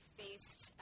faced